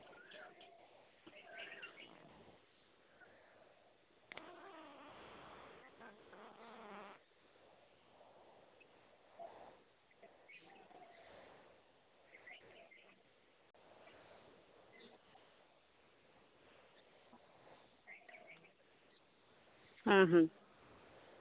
ᱦᱩᱸ ᱦᱩᱸ ᱦᱩᱸ